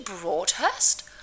Broadhurst